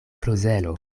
klozelo